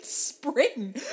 spring